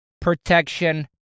protection